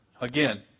again